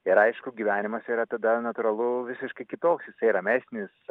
ir aišku gyvenimas yra tada natūralu visiškai kitoks jisai ramesnis